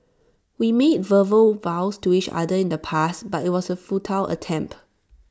we made verbal vows to each other in the past but IT was A futile attempt